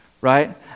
Right